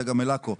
צגה מלקו,